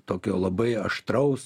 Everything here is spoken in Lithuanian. tokio labai aštraus